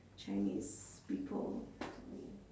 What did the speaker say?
chinese people filming